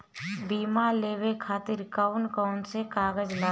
बीमा लेवे खातिर कौन कौन से कागज लगी?